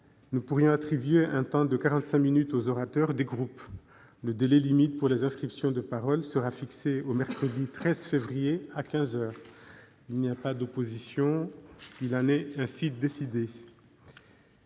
nous pourrions attribuer un temps de quarante-cinq minutes aux orateurs des groupes. Le délai limite pour les inscriptions de parole serait fixé au mercredi 13 février, à quinze heures. Il n'y a pas d'opposition ?... Il en est ainsi décidé.